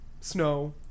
snow